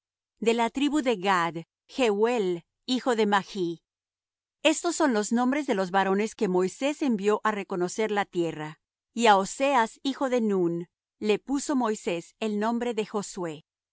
de la tribu de gad gehuel hijo de mach estos son los nombres de los varones que moisés envió á reconocer la tierra y á oseas hijo de nun le puso moisés el nombre de josué